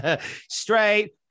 Straight